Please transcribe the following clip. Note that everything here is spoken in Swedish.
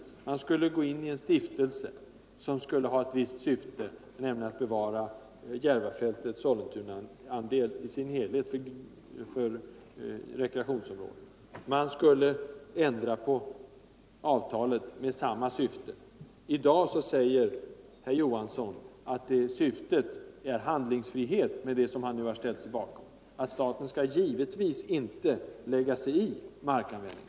Staten skulle gå in i en stiftelse vars uppgift skulle vara att bevara Sollentunas del av Järvafältet för rekreationsändamål. Avtalet skulle ändras i samma syfte. I dag säger herr Johansson att syftet är handlingsfrihet; staten skall givetvis inte lägga sig i markanvändningen.